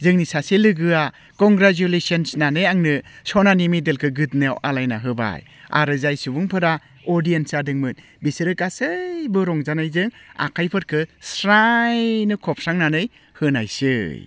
जोंनि सासे लोगोआ कंग्रेसुलेशनस होननानै आंनो सनानि मेडेलखौ गोदोनायाव आलायना होबाय आरो जाय सुबुंफोरा अदियेन्स जादोंमोन बिसोरो गासैबो रंजानायजों आखाइफोरखौ स्रायनो खबस्रांनानै होनायसै